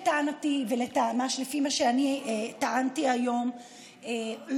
לפי מה שאני טענתי היום,